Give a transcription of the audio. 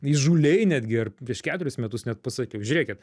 įžūliai netgi ar prieš keturis metus net pasakiau žiūrėkit